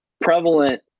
prevalent